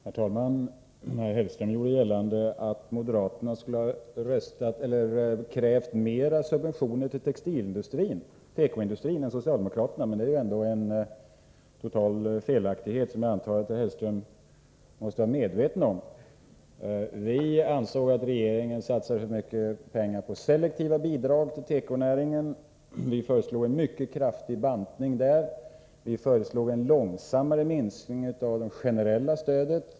Herr talman! Herr Hellström gjorde gällande att moderaterna skulle ha krävt mer subventioner till tekoindustrin än socialdemokraterna. Det är ändå en total felaktighet, som jag antar att herr Hellström måste vara medveten om. Vi ansåg att regeringen satsat för mycket pengar på selektiva bidrag till tekonäringen och föreslog en mycket kraftig bantning där. Vi föreslog en långsammare minskning av det generella stödet.